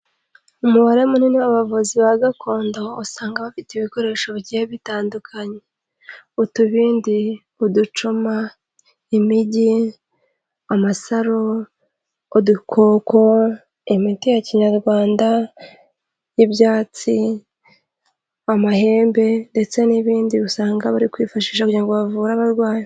Umubare munini w'abavuzi ba gakondo usanga bafite ibikoresho bagiye bitandukanye. Utubindi, uducuma, inigi, amasaro, udukoko, imiti ya kinyarwanda y'ibyatsi, amahembe ndetse n'ibindi usanga bari kwifashisha kugira ngo bavure abarwayi.